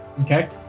Okay